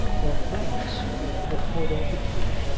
while florence had poured out the tea,